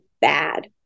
bad